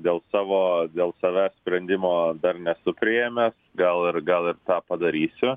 dėl savo dėl savęs sprendimo dar nesu priėmęs gal ir gal ir tą padarysiu